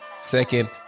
second